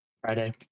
Friday